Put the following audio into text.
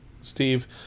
Steve